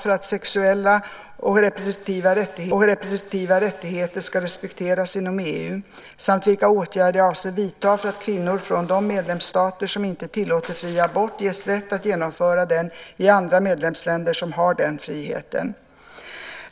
Fru talman! Birgitta Ohlsson har frågat vilka åtgärder jag avser att vidta för att sexuella och reproduktiva rättigheter ska respekteras inom EU samt vilka åtgärder jag avser att vidta för att kvinnor från de medlemsstater som inte tillåter fri abort ges rätt att genomföra abort i andra medlemsländer, som har den friheten.